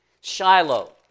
Shiloh